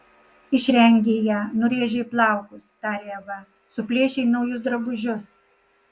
išrengei ją nurėžei plaukus tarė eva suplėšei naujus drabužius